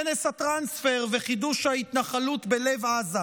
כנס הטרנספר וחידוש ההתנחלות בלב עזה.